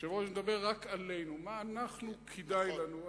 בוא נדבר רק עלינו, מה כדאי לנו.